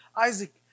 Isaac